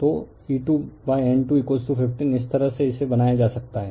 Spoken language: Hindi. तो E2N215 इस तरह से इसे बनाया जा सकता है